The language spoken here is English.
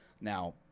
Now